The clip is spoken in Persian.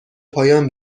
پایان